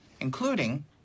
including